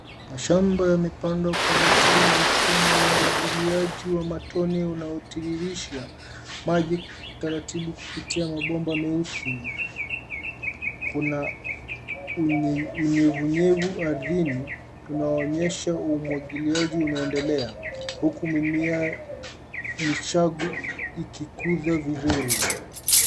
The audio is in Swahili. Mashamba yamepandwa kwa mistari na mfumo wa umwagiliaji wa matone unaotiririsha maji kwa utaratibu kupitia mabomba meusi. Kuna unye- unyevunyevu ardhini unaoonyesha umwagiliaji unaendelea huku mimea michagu ikikuzwa vizuri.